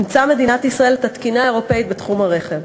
אימצה מדינת ישראל את התקינה האירופית בתחום הרכב.